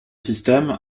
système